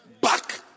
Back